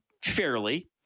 fairly